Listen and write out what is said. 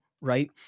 right